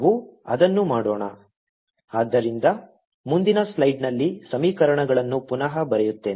yIyRyT TyIyR∂xTyT∂x0 yI∂xyR∂xyT∂x 1v1y1∂t1v1yR∂t 1v2yT∂t yIv1yRv1 yTv2 v2yIv2yR v1yT ಆದ್ದರಿಂದ ಮುಂದಿನ ಸ್ಲೈಡ್ನಲ್ಲಿ ಸಮೀಕರಣಗಳನ್ನು ಪುನಃ ಬರೆಯುತ್ತೇನೆ